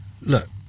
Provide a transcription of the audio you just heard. look